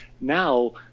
Now